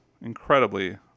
incredibly